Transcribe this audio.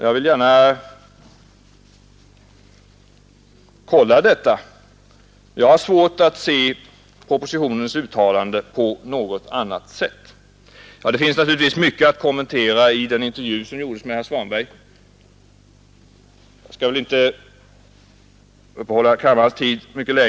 Jag vill gärna fråga detta. Jag har i varje fall svårt att se propositionens uttalande på något annat sätt. Det finns naturligtvis mycket att kommentera i den intervju som gjordes med herr Svanberg, men jag skall väl inte uppta kammarens tid mycket mer.